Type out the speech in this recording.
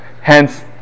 Hence